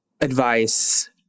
advice